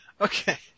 Okay